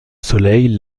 soleil